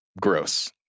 gross